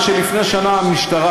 כמה, גיל שפר.